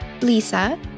Lisa